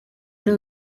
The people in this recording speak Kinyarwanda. nta